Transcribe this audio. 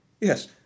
Yes